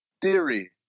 Theory